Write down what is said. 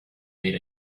made